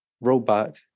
robot